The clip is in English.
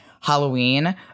halloween